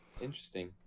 interesting